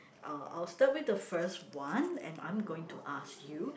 uh I'll start with the first one and I'm going to ask you